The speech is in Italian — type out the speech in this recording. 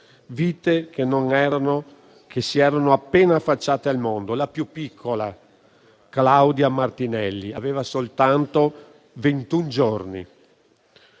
vite che si erano appena affacciate al mondo; la più piccola, Claudia Martinelli, aveva soltanto ventuno giorni.